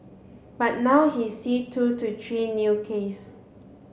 but now he sees two to three new case